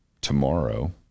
tomorrow